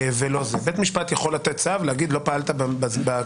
בית משפט יכול לתת צו ולהגיד שלא פעלת בזמן